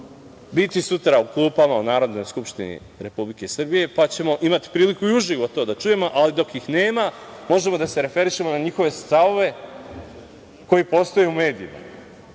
biti sutra u klupama u Narodnoj skupštini Republike Srbije, pa ćemo imati priliku i uživo to da čujemo. Ali, dok ih nema, možemo da se referišemo na njihove stavove koji postoje u medijima.